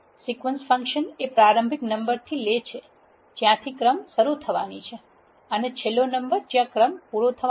sequence function એ પ્રારંભિક number થી લે છે જ્યાંથી ક્રમ શરૂ થવાની છે અને છેલ્લો નંબર જ્યાં ક્રમ પુરો થાય